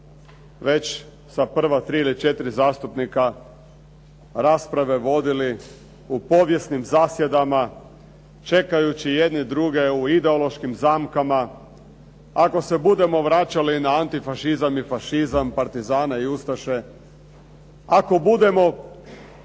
već sa prva 3 ili 4 zastupnika rasprave vodili u povijesnim zasjedama, čekajući jedni druge u ideološkim zamkama. Ako se budemo vraćali na antifašizam i fašizam, partizane i ustaše, ako budemo